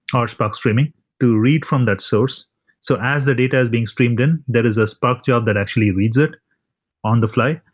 or spark streaming to read from that source so as the data is being streamed in there, is a spark job that actually reads it on the fly.